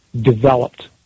developed